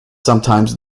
sometimes